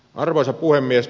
arvoisa puhemies